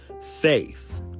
Faith